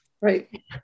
right